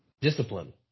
Discipline